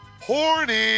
horny